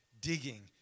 digging